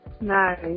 nice